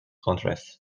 contrasts